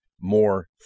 more